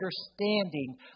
understanding